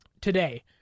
today